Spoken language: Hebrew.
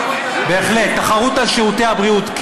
תחרות על שירותי הבריאות.